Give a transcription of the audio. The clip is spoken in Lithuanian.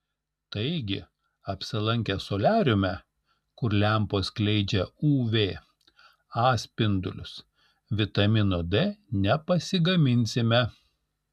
taigi apsilankę soliariume kur lempos skleidžia uv a spindulius vitamino d nepasigaminsime